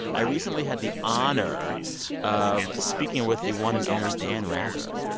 i recently had the honor of speaking with the one and only dan rather.